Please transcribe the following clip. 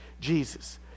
Jesus